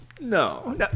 no